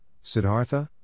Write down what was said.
Siddhartha